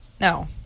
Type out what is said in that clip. No